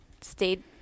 stayed